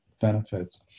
benefits